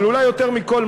אבל אולי יותר מכול,